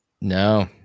No